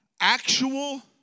actual